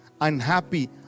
Unhappy